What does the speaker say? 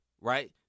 right